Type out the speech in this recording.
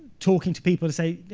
talking to people to say